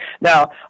Now